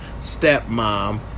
Stepmom